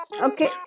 Okay